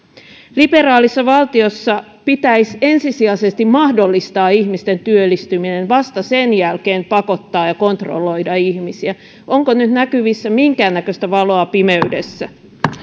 liberaalissa valtiossa pitäisi ensisijaisesti mahdollistaa ihmisten työllistyminen vasta sen jälkeen pakottaa ja kontrolloida ihmisiä onko nyt näkyvissä minkäännäköistä valoa pimeydessä